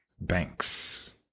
banks